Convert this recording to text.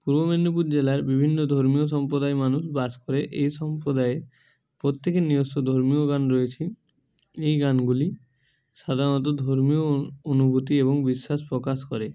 পূর্ব মেদিনীপুর জেলার বিভিন্ন ধর্মীয় সম্প্রদায়ের মানুষ বাস করে এই সম্প্রদায় প্রত্যেকের নিজস্ব ধর্মীয় গান রয়েছে এই গানগুলি সাধারণত ধর্মীয় অনুভূতি এবং বিশ্বাস প্রকাশ করে